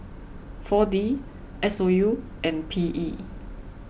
four D S O U and P E